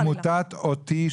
עמותת 'אותי',